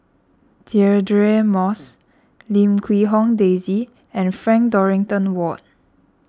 Deirdre Moss Lim Quee Hong Daisy and Frank Dorrington Ward